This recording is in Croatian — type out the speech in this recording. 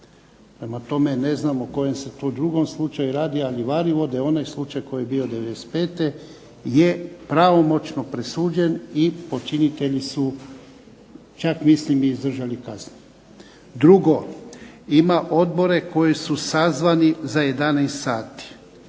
Prema tome, ne znam o kojem se to drugom slučaju radi, ali Varivode je onaj slučaj koji je bio '95. je pravomoćno presuđen i počinitelji čak mislim i izdržali kazne. Drugo. Ima odbore koji su sazvani za 11 sati.